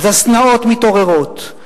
אז השנאות מתעוררות,